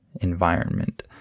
environment